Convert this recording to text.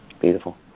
beautiful